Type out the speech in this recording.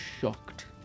...shocked